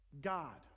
God